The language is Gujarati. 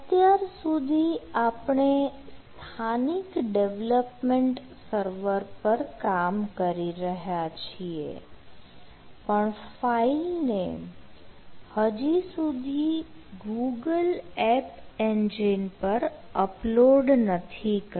અત્યાર સુધી આપણે સ્થાનિક ડેવલપમેન્ટ સર્વર પર કામ કરી રહ્યા છીએ પણ ફાઈલ ને હજી સુધી ગૂગલ એપ એન્જિન પર અપલોડ નથી કરી